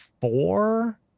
four